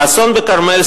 האסון בכרמל,